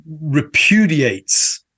repudiates